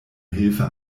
hilfe